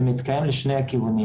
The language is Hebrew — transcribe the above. זה מתקיים לשני הכיוונים.